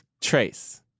Trace